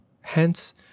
Hence